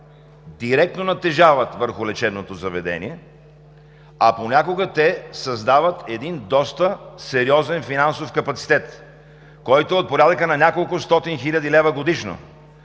директно натежават върху лечебното заведение. А понякога те създават един доста сериозен финансов капацитет, който е от порядъка на неколкостотин хиляди лева годишно.